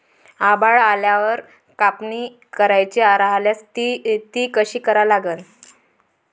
आभाळ आल्यावर कापनी करायची राह्यल्यास ती कशी करा लागन?